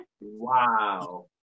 Wow